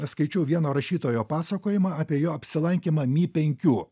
skaičiau vieno rašytojo pasakojimą apie jo apsilankymą mi penkių